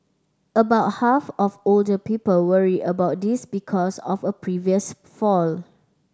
about half of older people worry about this because of a previous fall